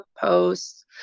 posts